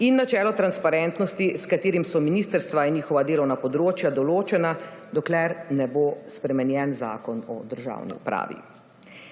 in načelo transparentnosti, s katerim so ministrstva in njihova delovna področja določena, dokler ne bo spremenjen Zakon o državni upravi.